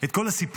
את כל הסיפורים,